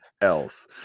else